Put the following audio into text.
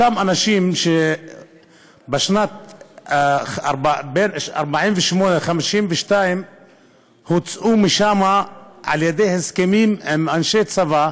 אותם אנשים שבין 1948 ל-1952 הוצאו משם על ידי הסכמים עם אנשי צבא,